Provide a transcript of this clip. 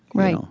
right.